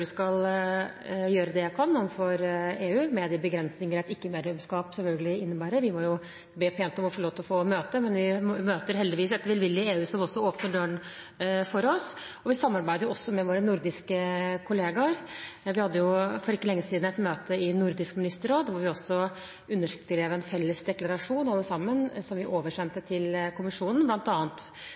vi må jo be pent om å få lov til å få møte. Men vi møter heldigvis et velvillig EU, som også åpner døren for oss, og vi samarbeider også med våre nordiske kollegaer. Vi hadde for ikke lenge siden et møte i Nordisk ministerråd hvor vi alle underskrev en felles deklarasjon som vi oversendte til kommisjonen,